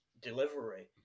delivery